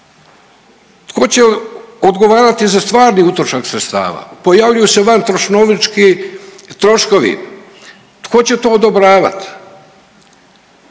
Tko će odgovarati za stvarni utrošak sredstava, pojavljuju se vantroškovnički troškovi, tko će to odobravat?